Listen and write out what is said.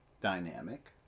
dynamic